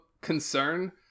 concern